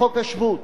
גם לא בנימוק